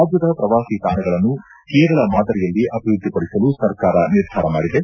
ರಾಜ್ಯದ ಪ್ರವಾಸಿ ತಾಣಗಳನ್ನು ಕೇರಳ ಮಾದರಿಯಲ್ಲಿ ಅಭಿವೃದ್ಧಿ ಪಡಿಸಲು ಸರ್ಕಾರ ನಿರ್ಧಾರ ಮಾಡಿದೆ